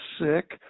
sick